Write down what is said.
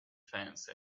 fence